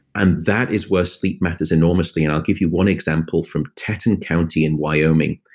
and that is where sleep matters enormously. and i'll give you one example from teton county in wyoming.